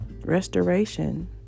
restoration